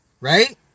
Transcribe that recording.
Right